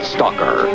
Stalker